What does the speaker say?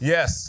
Yes